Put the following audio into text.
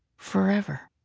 forever.